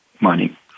money